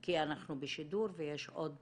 כי אנחנו בשידור ויש עוד